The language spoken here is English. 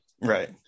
right